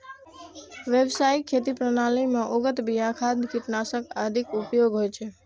व्यावसायिक खेती प्रणाली मे उन्नत बिया, खाद, कीटनाशक आदिक उपयोग होइ छै